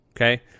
okay